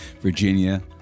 Virginia